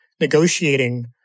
negotiating